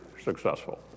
successful